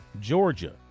Georgia